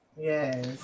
Yes